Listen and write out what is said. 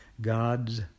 God's